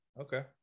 Okay